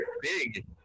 big